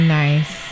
nice